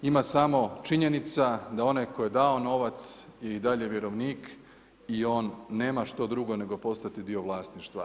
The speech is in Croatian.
Ima samo činjenica da onaj tko je dao novac i dalje vjerovnik i on nema što drugo nego postati dio vlasništva.